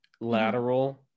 lateral